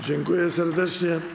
Dziękuję serdecznie.